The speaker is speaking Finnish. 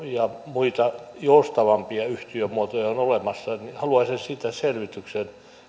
ja muita joustavampia yhtiömuotoja on olemassa haluaisin siitä selvityksen